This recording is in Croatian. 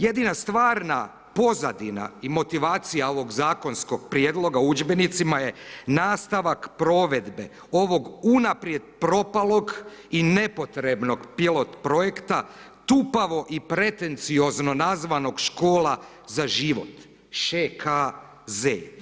Jedina stvaran pozadina i motivacija ovog zakonskog prijedloga u udžbenicima je nastavak provedbe ovog unaprijed propalog i nepotrebnog pilot projekta, tupavo i pretenciozno nazvanog škola za život ŠKZ.